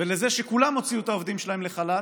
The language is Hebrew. ולזה שכולם הוציאו את העובדים שלהם לחל"ת.